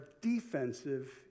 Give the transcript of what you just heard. defensive